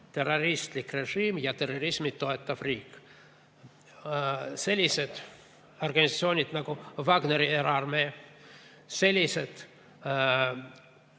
terroristlik režiim ja terrorismi toetav riik. Sellised organisatsioonid nagu Wagneri eraarmee, sellised